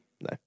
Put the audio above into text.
No